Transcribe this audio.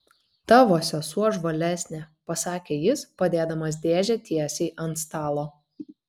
tavo sesuo žvalesnė pasakė jis padėdamas dėžę tiesiai ant stalo